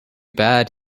bad